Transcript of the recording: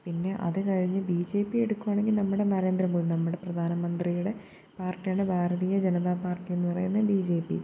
പിന്നെ അതു കഴിഞ്ഞ് ബി ജെ പി എടുക്കുവാണെങ്കിൽ നമ്മുടെ നരേന്ദ്ര മോഡി നമ്മുടെ പ്രധാനമന്ത്രിയുടെ പാർട്ടിയാണ് ഭാരതീയ ജനതാ പാർട്ടി എന്നു പറയുന്ന ബി ജെ പി